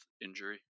injury